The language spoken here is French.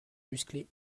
musclées